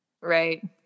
Right